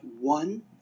one